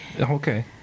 Okay